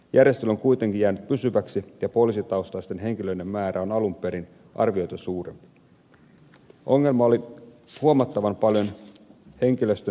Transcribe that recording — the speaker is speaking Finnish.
järjestely on kuitenkin jäänyt pysyväksi ja poliisitaustaisten henkilöiden määrä on alun perin arvioitua suurempi